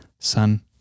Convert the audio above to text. Son